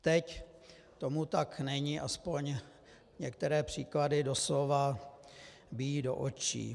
Teď tomu tak není, alespoň některé příklady doslova bijí do očí.